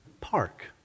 park